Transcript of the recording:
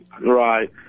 Right